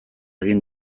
egin